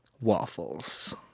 waffles